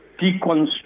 deconstruct